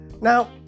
now